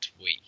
week